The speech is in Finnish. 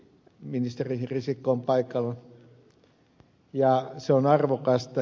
ministeri risikko on paikalla ja se on arvokasta